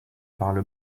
parle